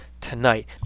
tonight